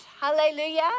hallelujah